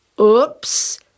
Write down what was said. Oops